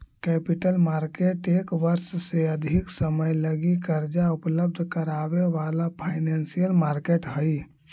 capital market एक वर्ष से अधिक समय लगी कर्जा उपलब्ध करावे वाला फाइनेंशियल मार्केट हई